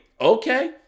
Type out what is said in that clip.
Okay